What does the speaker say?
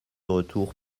retour